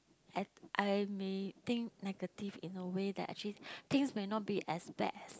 at I may think negative in a way that actually things may not be as bad as